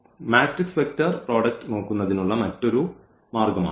matrix vector product നോക്കുന്നതിനുള്ള മറ്റൊരു മാർഗ്ഗമാണ് ഇത്